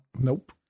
nope